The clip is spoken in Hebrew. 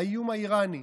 לאיום האיראני.